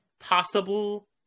Possible